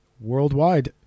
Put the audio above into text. Worldwide